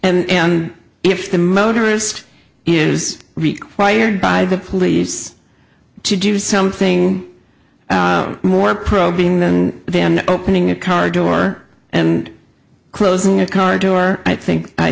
motorist and if the motorist is required by the police to do something more probing than then opening a car door and closing a car door i think i